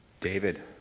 David